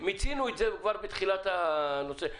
מיצינו את זה כבר בתחילת הנושא.